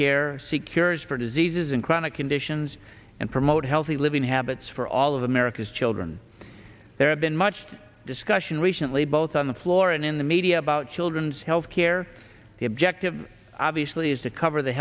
care see cures for diseases and chronic conditions and promote healthy living habits for all of america's children there had been much discussion recently both on the floor and in the media about children's health care the objective obviously is to cover the